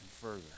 further